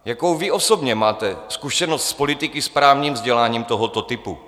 Jakou vy osobně máte zkušenost s politiky s právním vzděláním tohoto typu?